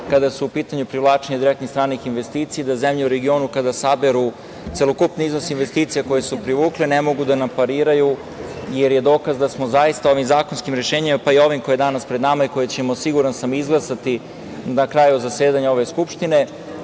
kada je u pitanju privlačenje direktnih stranih investicija i da zemlje u regionu, kada saberu celokupan iznos investicija koje su privukle, ne mogu da nam pariraju, jer je dokaz da smo zaista ovih zakonskim rešenjem, pa i ovim koje je danas pred nama, koje ćemo siguran sam izglasati na kraju zasedanja ove skupštine,